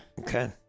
Okay